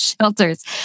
shelters